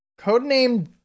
Codename